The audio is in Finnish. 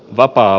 vapaa